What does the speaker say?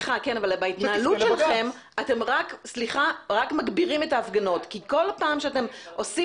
בהתנהלות שלכם אתם רק מגבירים את ההפגנות כי כל פעם שאתם עושים